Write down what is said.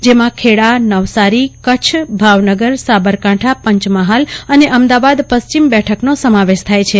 તેમાં ખેડા નવસારી કચ્છ ભાવનગર સાબરકાંઠા પંચમહાલ અને અમદાવાદ પશ્ચિમ બેઠકનો સમાવેશ થાય છે